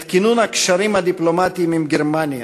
את כינון הקשרים הדיפלומטיים עם גרמניה,